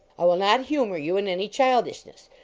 i will not humor you in any childishness.